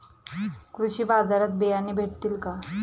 कृषी बाजारात बियाणे भेटतील का?